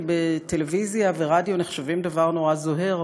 כי טלוויזיה ורדיו נחשבים דבר נורא זוהר,